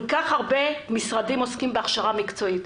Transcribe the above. כל כך הרבה משרדים עוסקים בהכשרה מקצועית,